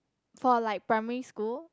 for like primary school